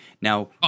Now